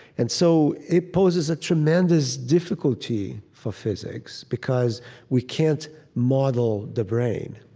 and so it poses a tremendous difficulty for physics because we can't model the brain.